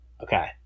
Okay